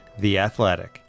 theathletic